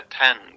attend